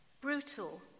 brutal